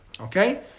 Okay